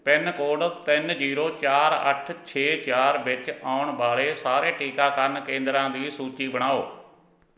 pin code ਤਿੰਨ zero ਚਾਰ ਅੱਠ ਛੇ ਚਾਰ ਵਿੱਚ ਆਉਣ ਵਾਲੇ ਸਾਰੇ ਟੀਕਾਕਰਨ ਕੇਂਦਰਾਂ ਦੀ ਸੂਚੀ ਬਣਾਓ